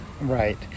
Right